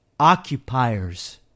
occupiers